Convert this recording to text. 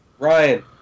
Ryan